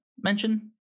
mention